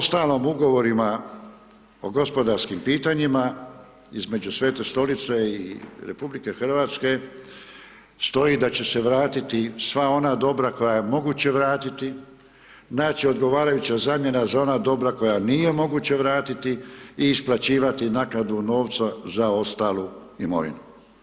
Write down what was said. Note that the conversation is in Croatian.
Uostalom, u ugovorima o gospodarskim pitanjima između Svete Stolice i RH stoji da će se vratiti sva ona dobra koja je moguće vratiti, naći odgovarajuća zamjena za ona dobra koja nije moguće vratiti i isplaćivati naknadu u novcu za ostalu imovinu.